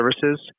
services